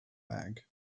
bag